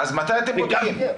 אז מתי אתם בודקים?